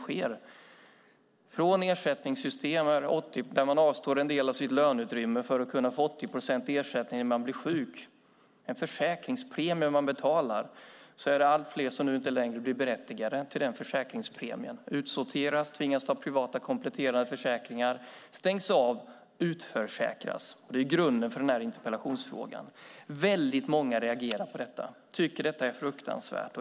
Från ersättningssystem där man avstår en del av sitt löneutrymme för att kunna få 80 procent ersättning när man blir sjuk, en betald försäkringspremie, är det nu allt fler som inte längre blir berättigade till försäkringspremien. De är utsorterade och tvingas ta privata kompletterande försäkringar. De stängs av och utförsäkras. Det är grunden för interpellationen. Många reagerar på detta och tycker att det är fruktansvärt.